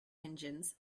engines